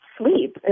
sleep